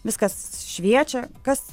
viskas šviečia kas